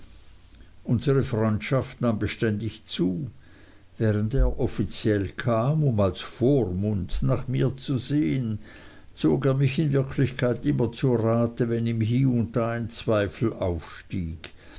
unsere freundschaft nahm beständig zu während er offiziell kam um als vormund nach mir zu sehen zog er mich in wirklichkeit immer zu rate wenn ihm hie und da ein zweifel aufstieg